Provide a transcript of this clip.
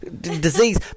disease